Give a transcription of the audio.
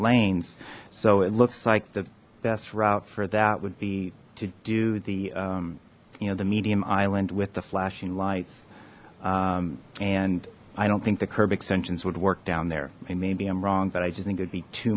lanes so it looks like the best route for that would be to do the you know the medium island with the flashing lights and i don't think the curb extensions would work down there they maybe i'm wrong but i just think it'd be too